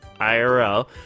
irl